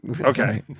Okay